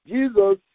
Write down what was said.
Jesus